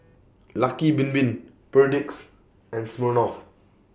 Lucky Bin Bin Perdix and Smirnoff